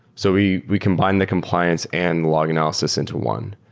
so we we combine the compliance and log analysis into one.